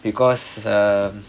because err